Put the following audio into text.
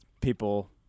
people-